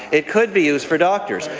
it could be used for doctors.